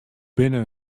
binne